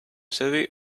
savez